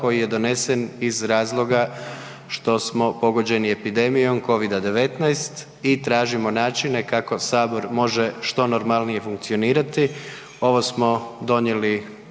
koji je donesen iz razloga što smo pogođeni epidemijom Covida-19 i tražimo načine kako sabor može što normalnije funkcionirati. Ovo smo donijeli